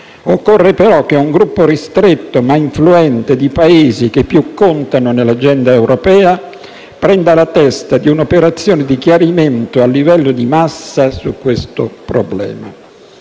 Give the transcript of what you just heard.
Occorre però che un gruppo, ristretto ma influente, di Paesi che più contano nell'agenda europea, prenda la testa di un'operazione di chiarimento a livello di massa su questo problema.